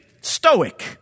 stoic